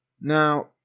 now